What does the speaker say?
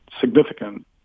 significant